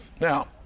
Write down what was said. Now